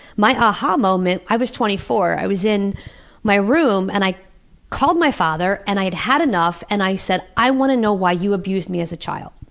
my aha moment, i was twenty-four. i was in my room, and i called my father. and i had had enough, and i said, i want to know why you abused me as a child.